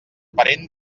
parent